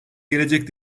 gelecek